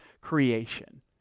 creation